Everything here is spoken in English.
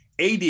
AD